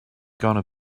gonna